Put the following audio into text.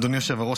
אדוני היושב-ראש,